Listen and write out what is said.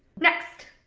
next.